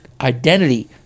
identity